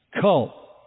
cult